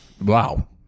Wow